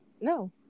No